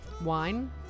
Wine